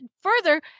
further